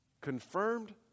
Confirmed